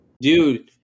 dude